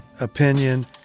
opinion